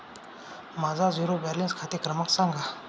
माझा zero balance खाते क्रमांक सांगा